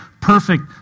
perfect